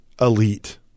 elite